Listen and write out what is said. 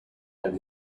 and